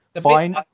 Fine